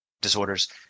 disorders